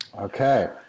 Okay